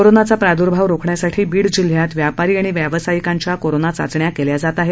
कोरोनाचा प्रादर्भाव रोखण्यासाठी बीड जिल्ह्यात व्यापारी आणि व्यावसायिकांच्या कोरोना चाचण्या केल्या जात आहेत